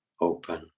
open